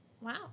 Wow